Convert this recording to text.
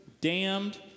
damned